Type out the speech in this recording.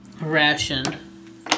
ration